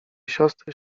siostry